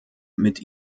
mit